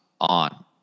on